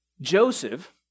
Joseph